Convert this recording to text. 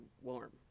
warm